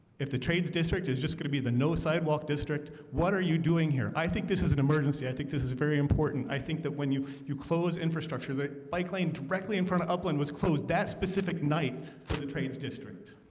if the trades district is just gonna be the no sidewalk district. what are you doing here? i think this is an emergency i think this is very important i think that when you you close infrastructure that bike lane directly in front of upland was closed that specific night the trades district